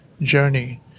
journey